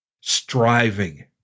striving